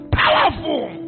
powerful